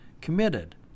committed